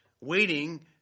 Waiting